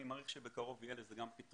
אני מעריך שבקרוב יהיו לזה פתרונות.